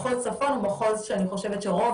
במחוז צפון הוא מחוז שאני חושבת שרוב